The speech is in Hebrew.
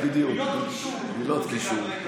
בדיוק, מילות קישור.